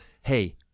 Hey